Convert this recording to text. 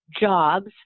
jobs